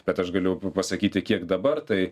bet aš galiu pasakyti kiek dabar tai